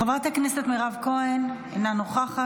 חברת הכנסת מירב כהן, אינה נוכחת.